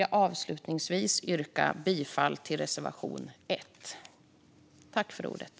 Jag yrkar bifall till reservation 1.